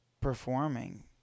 performing